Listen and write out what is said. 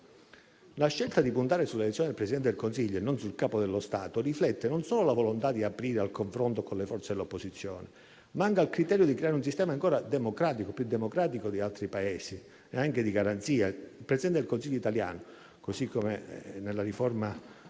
La scelta di puntare sull'elezione del Presidente del Consiglio e non sul Capo dello Stato riflette non solo la volontà di aprire al confronto con le forze dell'opposizione, ma anche al criterio di creare un sistema ancora più democratico di altri Paesi e anche di garanzia. Il Presidente del Consiglio italiano nella riforma